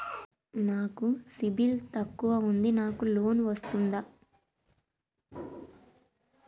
నాకు సిబిల్ తక్కువ ఉంది నాకు లోన్ వస్తుందా?